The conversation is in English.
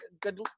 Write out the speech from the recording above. good